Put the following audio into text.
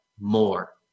more